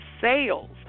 sales